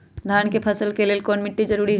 धान के फसल के लेल कौन मिट्टी जरूरी है?